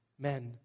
men